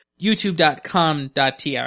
YouTube.com.tr